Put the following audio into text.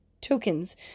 tokens